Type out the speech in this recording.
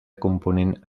component